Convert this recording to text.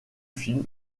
film